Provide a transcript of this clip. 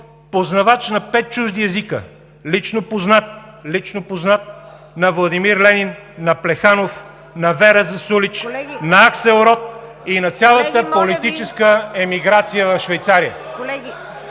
познавач на пет чужди езика, лично познат на Владимир Ленин, на Плеханов, на Вера Засулич, на Аксел Рот и на цялата политическа емиграция в Швейцария.